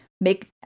make